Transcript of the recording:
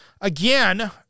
Again